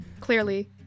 Clearly